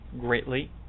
greatly